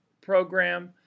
program